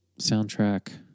soundtrack